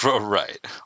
Right